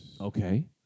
Okay